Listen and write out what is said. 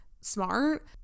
smart